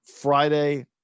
Friday